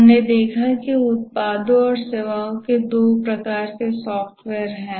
हमने देखा है कि उत्पादों और सेवाओं के दो प्रकार के सॉफ्टवेयर हैं